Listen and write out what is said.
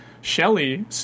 Shelley